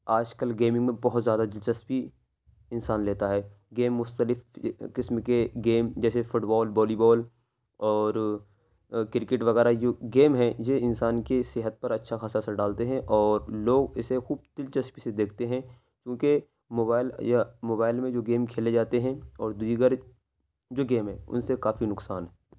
آج کل گیمنگ بہت زیادہ دلچسپی انسان لیتا ہے گیم مختلف قسم کے گیم جیسے فٹ بال والی بال اور کرکٹ وغیرہ جو گیم ہیں یہ انسان کی صحت پر اچھا خاصا اثر ڈالتے ہیں اور لوگ اسے خوب دلچسپی سے دیکھتے ہیں کیونکہ موبائل یا موبائل میں جو گیم کھیلے جاتے ہیں اور دیگر جو گیم ہیں ان سے کافی نقصان ہے